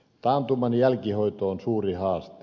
taantuman jälkihoito on suuri haaste